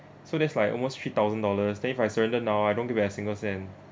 so that's like almost three thousand dollars then if I surrender now I don't get back a single cent